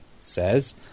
says